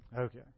Okay